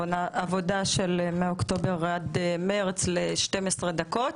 העבודה היה לבחון מעבר לשיטה תאגידית,